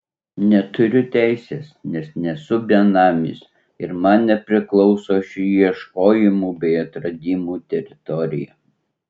neturiu teisės nes nesu benamis ir man nepriklauso ši ieškojimų bei atradimų teritorija